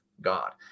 God